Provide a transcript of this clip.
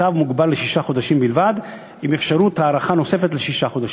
הצו מוגבל לשישה חודשים בלבד עם אפשרות הארכה נוספת לשישה חודשים.